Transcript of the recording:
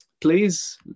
please